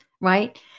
right